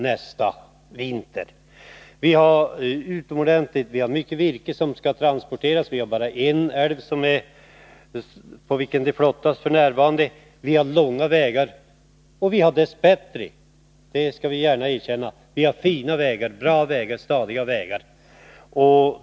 I Norrbotten har vi mycket virke som skall transporteras. Flottning förekommer f. n. bara på en älv. Vi har långa vägar, som dess bättre är fina, stadiga och bra — det skall jag gärna erkänna.